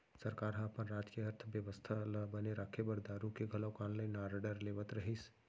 सरकार ह अपन राज के अर्थबेवस्था ल बने राखे बर दारु के घलोक ऑनलाइन आरडर लेवत रहिस